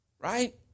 right